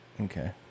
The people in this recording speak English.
Okay